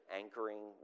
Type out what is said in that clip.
anchoring